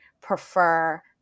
prefer